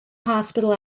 hospital